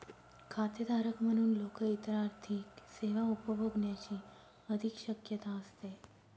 खातेधारक म्हणून लोक इतर आर्थिक सेवा उपभोगण्याची अधिक शक्यता असते